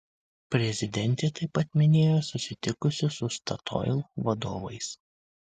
prezidentė taip pat minėjo susitikusi su statoil vadovais